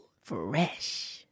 Fresh